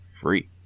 free